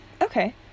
Okay